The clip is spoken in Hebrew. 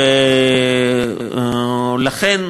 ולכן,